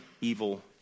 evil